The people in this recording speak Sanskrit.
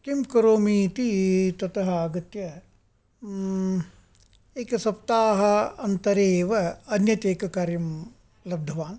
किं करोमि इति ततः आगत्य एकसप्ताह अन्तरे एव अन्यत् एककार्यं लब्धवान्